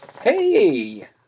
Hey